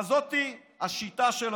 אבל זאת השיטה שלכם.